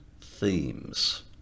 themes